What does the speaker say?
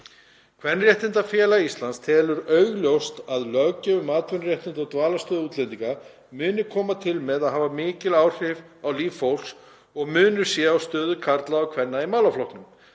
Kvenréttindafélag Íslands telur augljóst að löggjöf um atvinnuréttindi og dvalarstöðu útlendinga muni koma til með að hafa mikil áhrif á líf fólks og að munur sé á stöðu karla og kvenna í málaflokknum.